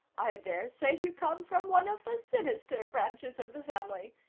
i dare say you come from one of the sinister branches of the family.